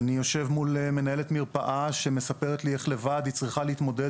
אני יושב מול מנהלת מרפאה שמספרת לי איך היא לבד צריכה להתמודד,